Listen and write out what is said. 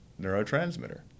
neurotransmitter